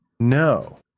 no